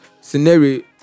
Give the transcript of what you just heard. scenario